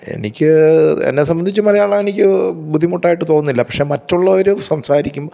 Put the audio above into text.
എനിക്ക് എന്നെ സംബന്ധിച്ച് മലയാളം എനിക്ക് ബുദ്ധിമുട്ടായിട്ട് തോന്നുന്നില്ല പക്ഷേ മറ്റുള്ളവർ സംസാരിക്കും